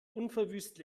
unverwüstlich